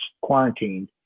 quarantined